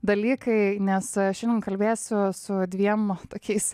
dalykai nes aš šiandien kalbėsiu su dviem tokiais